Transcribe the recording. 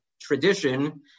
tradition